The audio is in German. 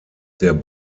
der